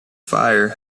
fire